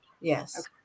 Yes